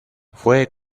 fue